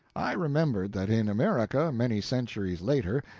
i remembered that in america, many centuries later,